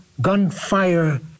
gunfire